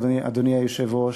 אדוני היושב-ראש,